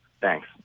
Thanks